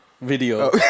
video